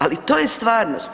Ali to je stvarnost.